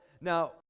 Now